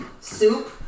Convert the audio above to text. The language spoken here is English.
soup